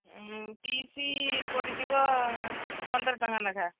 piece ପଡ଼ିଯିବ ପନ୍ଦର ଟଙ୍କା ଲେଖା